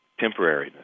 temporariness